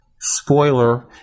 spoiler